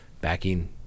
backing